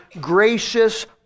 gracious